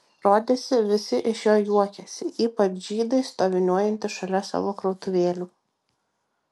rodėsi visi iš jo juokiasi ypač žydai stoviniuojantys šalia savo krautuvėlių